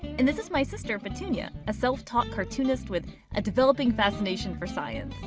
and this is my sister, petunia, a self-taught cartoonist with a developing fascination for science.